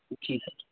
जी sir